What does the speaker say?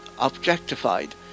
objectified